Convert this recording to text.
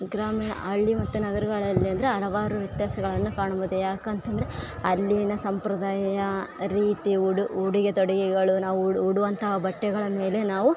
ಗ್ರಾಮೀಣ ಹಳ್ಳಿ ಮತ್ತು ನಗರಗಳಲ್ಲಿ ಅಂದರೆ ಹಲವಾರು ವ್ಯತ್ಯಾಸಗಳನ್ನು ಕಾಣಬಹುದು ಯಾಕಂತಂದರೆ ಅಲ್ಲಿನ ಸಂಪ್ರದಾಯ ರೀತಿ ಉಡು ಉಡುಗೆ ತೊಡುಗೆಗಳು ನಾವು ಉಡ್ ಉಡುವಂತಹ ಬಟ್ಟೆಗಳ ಮೇಲೆ ನಾವು